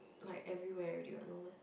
like everywhere already what no meh